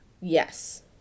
Yes